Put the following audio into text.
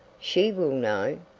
she will know.